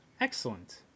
Excellent